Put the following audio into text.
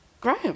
Graham